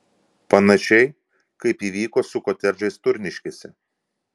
panašiai kaip įvyko su kotedžais turniškėse